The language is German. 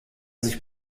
sich